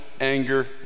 anger